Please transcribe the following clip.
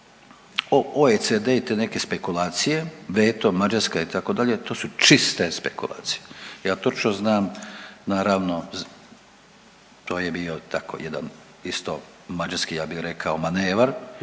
OECD i te neke spekulacije, veto, Mađarska itd. to su čiste spekulacije. Ja točno znam naravno to je bio tako jedan isto mađarski ja bih rekao manevar,